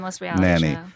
nanny